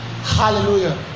Hallelujah